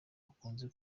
akunze